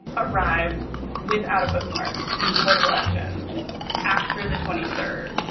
arrived without a postmark to the board of elections after the twenty third,